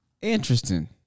Interesting